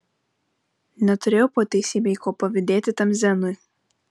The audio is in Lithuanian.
neturėjau po teisybei ko pavydėti tam zenui